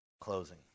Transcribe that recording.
Closing